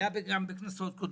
זה היה גם בכנסות קודמות.